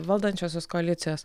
valdančiosios koalicijos